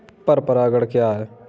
पर परागण क्या है?